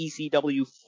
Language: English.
ECW